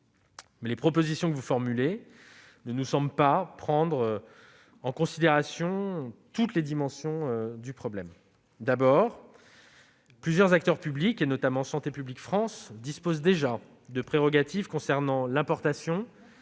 les propositions que vous formulez ne nous semblent pas prendre en considération toutes les dimensions du problème. Tout d'abord, plusieurs acteurs publics, dont Santé publique France, disposent déjà de prérogatives concernant l'importation,